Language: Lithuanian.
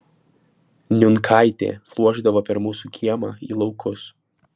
niunkaitė pluošdavo per mūsų kiemą į laukus